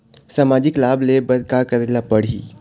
सामाजिक लाभ ले बर का करे ला पड़ही?